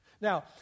Now